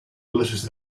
clases